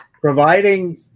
providing